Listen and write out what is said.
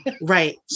Right